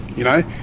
you know,